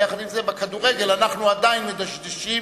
אבל יחד עם זה, בכדורגל אנחנו עדיין מדשדשים.